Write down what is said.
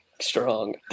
strong